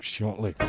shortly